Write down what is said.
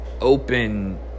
open